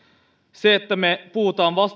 se että me puhumme